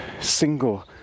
single